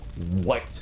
white